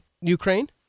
Ukraine